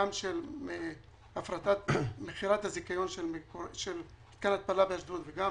גם של מכירת הזיכיון של מתקן ההתפלה באשדוד וגם